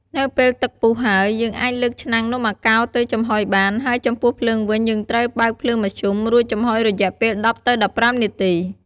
នៅពេលទឹកពុះហើយ យើងអាចលើកឆ្នាំងនំអាកោរទៅចំហុយបាន ហើយចំពោះភ្លើងវិញ យើងត្រូវបើកភ្លើងមធ្យម រួចចំហុយរយៈពេល ១០ ទៅ១៥នាទី។